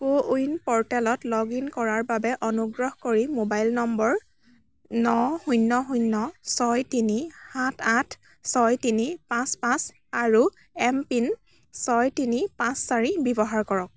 কো win প'ৰ্টেলত log in কৰাৰ বাবে অনুগ্ৰহ কৰি মোবাইল নম্বৰ ন শূন্য শূন্য ছয় তিনি সাত আঠ ছয় তিনি পাঁচ পাঁচ আৰু এম পিন ছয় তিনি পাঁচ চাৰি ব্যৱহাৰ কৰক